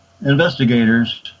investigators